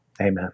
amen